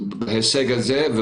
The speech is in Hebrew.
בהישג הזה,